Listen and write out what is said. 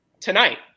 tonight